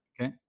Okay